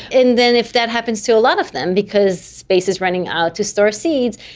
and then if that happens to a lot of them, because space is running out to store seeds,